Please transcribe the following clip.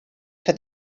for